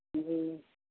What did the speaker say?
जी